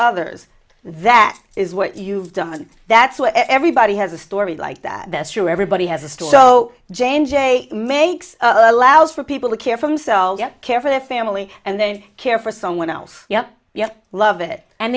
others that is what you've done that's what everybody has a story like that that's true everybody has a story so jane jay makes allows for people to care for themselves and care for their family and then care for someone else yeah yeah i love it and